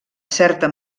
certa